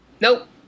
Nope